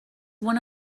one